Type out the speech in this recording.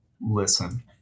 Listen